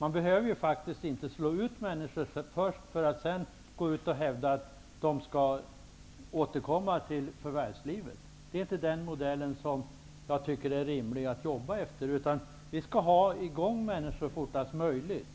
Man behöver faktiskt inte slå ut människorna innan man erbjuder dem att återkomma till förvärvslivet. Jag tycker inte att det är rimligt. Vi skall ha i gång människor fortast möjligt,